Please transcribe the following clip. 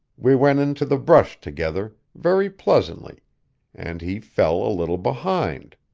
we went into the brush together, very pleasantly and he fell a little behind.